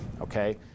Okay